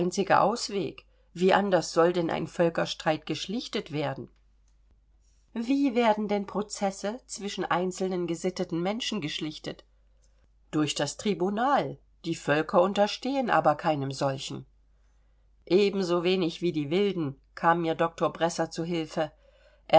ausweg wie anders soll denn ein völkerstreit geschlichtet werden wie werden denn prozesse zwischen einzelnen gesitteten menschen geschlichtet durch das tribunal die völker unterstehen aber keinem solchen ebensowenig wie die wilden kam mir doktor bresser zu hilfe